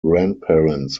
grandparents